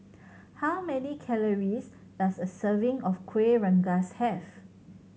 how many calories does a serving of Kueh Rengas have